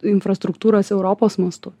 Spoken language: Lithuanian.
infrastruktūros europos mastu